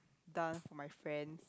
done for my friends